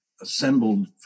assembled